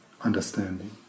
understanding